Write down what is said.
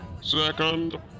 Second